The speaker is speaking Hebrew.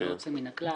ללא יוצא מן הכלל.